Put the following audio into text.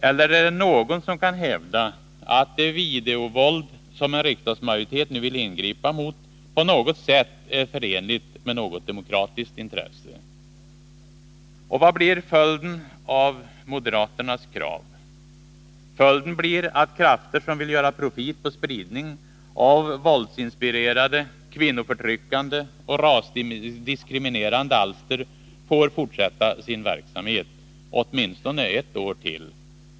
Eller är det någon som kan hävda att det videovåld, som en riksdagsmajotitet nu vill ingripa emot, på något sätt är förenligt med något demokratiskt intresse? Vad blir följden av moderaternas krav? Följden blir att krafter som vill göra profit på spridning av våldsinspirerade, kvinnoförtryckande och rasdiskriminerande alster får fortsätta sin verksamhet, åtminstone ett år till.